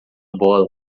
bola